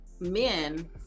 Men